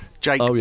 Jake